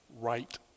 right